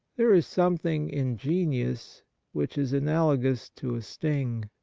there is some thing in genius which is analogous to a sting.